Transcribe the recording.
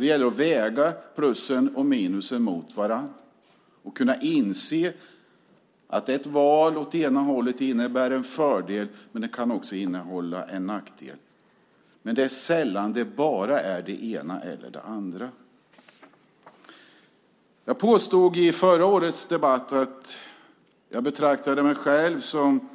Det gäller att väga plus och minus mot varandra och inse att ett val som innebär fördelar också kan innebära nackdelar; det är sällan bara det ena eller det andra. Jag påstod i förra årets debatt att jag betraktade mig själv som